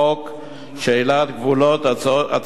שאלת גבולות הציות לחוק".